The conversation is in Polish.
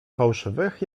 fałszywych